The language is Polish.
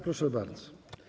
Proszę bardzo.